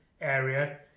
area